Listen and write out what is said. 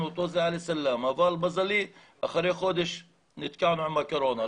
אותו זה אני אבל למזלי אחרי חודש נתקענו עם הקורונה.